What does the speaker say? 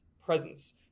presence